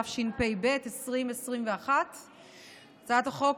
התשפ"ב 2021. הצעת החוק,